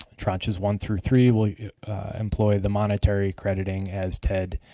tranches one through three will employ the monetary crediting as ted